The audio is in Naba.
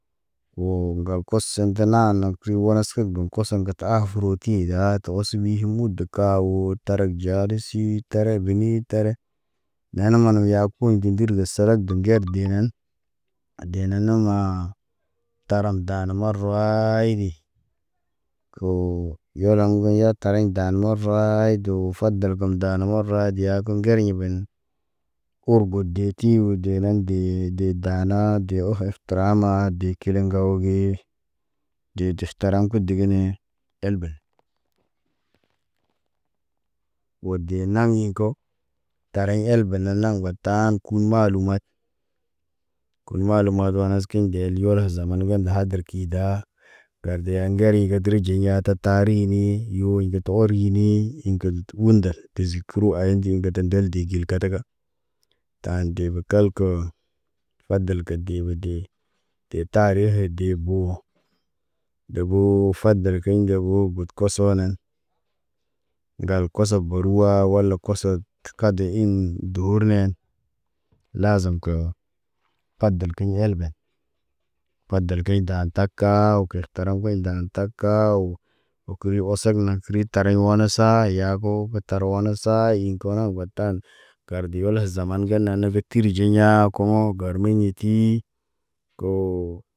Woo ŋgal koso də naanək riwanas kə gum koson gə tə aafəroti ti daa tə wosiwi hi mudu ka ka woo tarak ɟaalisi tara benii tare. Naane manak yaakun de ndər də salad bə ŋger dee nan. Dee nan maa, taram daana marawaayidi. Woo yoloŋg ŋgə yaat tariɲ daan marawaayit doo fadal kəm daan marawaayit yaagə akun ŋgeriɲ bən. Ur god deeti woo deena dee dee daana dee oho təramaa de kileŋgow gee. Dee diftaram kə digenee elben. Woo dee naŋg ɲi ko tariɲ elben na naŋg wal taam kul maalumay. Ə mana wel da hadir kə daa gardeya kə ŋgeriɲ ki diriɟin yaate ta rini yoo ŋgit tu oorinii iŋg kiri tə uundal, kizikəro ayandi ŋgətən ndeldi gil kataka. Taan debə kəlkə. Fadal kə dee bə dee. Dee taarehe dee boo. Deboo fadal kiɲ deboo got kosowo nan. Ŋgal koso baruwaa, wala koson Kade iŋg duwur nen lazam kə adal kiɲ elben. Fadal kiɲ daan tak. Kaawo ke, taram kuɲ dan tak kaawo. Wo kəri osonaŋg kəri tariɲ wanasa yaago tar wanasaa yiŋg ko na batan. Garde walas zaman ge nana be tir ɟey ɲaa komoo garmeyetii koo.